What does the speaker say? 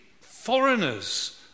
foreigners